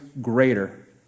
greater